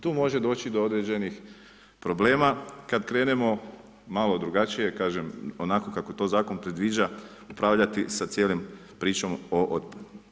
Tu može doći do određenih problema kad krenemo malo drugačije kažem, onako kako to zakon predviđa upravljati sa cijelom pričom o otpadu.